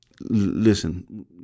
listen